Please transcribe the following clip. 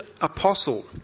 Apostle